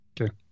Okay